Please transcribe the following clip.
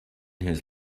his